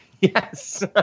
Yes